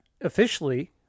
officially